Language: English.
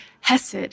Hesed